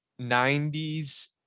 90s